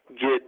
get